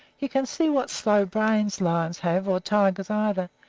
you can see what slow brains lions have, or tigers either,